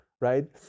Right